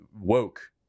woke